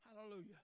Hallelujah